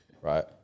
right